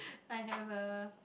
I have a